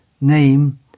name